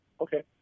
Okay